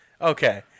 Okay